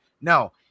no